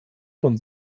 von